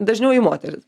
dažniau į moteris